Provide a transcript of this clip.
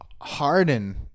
harden